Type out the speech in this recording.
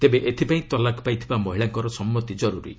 ତେବେ ଏଥିପାଇଁ ତଲାକ୍ ପାଇଥିବା ମହିଳାଙ୍କ ସମ୍ମତି ଜର୍ରରୀ